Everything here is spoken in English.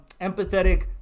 empathetic